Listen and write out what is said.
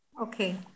Okay